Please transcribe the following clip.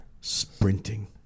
Sprinting